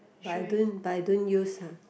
but I don't but I don't use [huh]